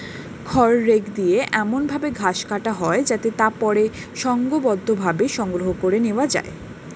খড় রেক দিয়ে এমন ভাবে ঘাস কাটা হয় যাতে তা পরে সংঘবদ্ধভাবে সংগ্রহ করে নেওয়া যায়